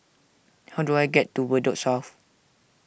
how do I get to Bedok South